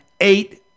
eight